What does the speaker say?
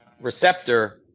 receptor